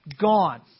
gone